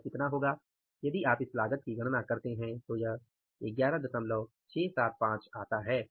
तो यह कितना होगा यदि आप इस लागत की गणना करते हैं तो यह 11675 रु आता है